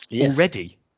already